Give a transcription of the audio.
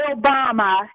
Obama